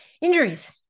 injuries